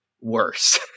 worse